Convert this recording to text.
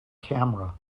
camera